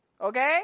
okay